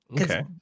okay